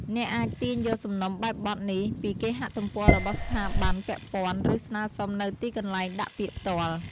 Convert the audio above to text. អ្នកអាចទាញយកសំណុំបែបបទនេះពីគេហទំព័ររបស់ស្ថាប័នពាក់ព័ន្ធ ឬស្នើសុំនៅទីកន្លែងដាក់ពាក្យផ្ទាល់។